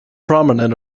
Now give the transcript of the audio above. prominent